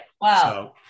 Wow